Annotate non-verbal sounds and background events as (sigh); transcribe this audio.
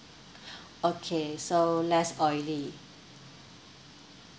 (breath) okay so less oily